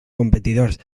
competidors